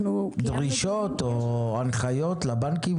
דרישות או הנחיות חדשות לבנקים?